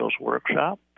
workshop